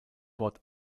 wort